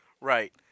Right